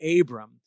Abram